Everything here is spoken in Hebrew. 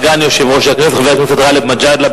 סגן יושב-ראש הכנסת חבר הכנסת גאלב מג'אדלה,